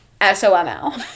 S-O-M-L